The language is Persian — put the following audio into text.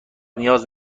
نیاز